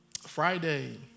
Friday